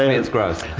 ah it's gross.